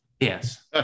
Yes